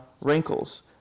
wrinkles